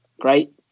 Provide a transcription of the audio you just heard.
great